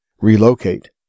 relocate